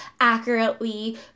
accurately